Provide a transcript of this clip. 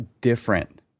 different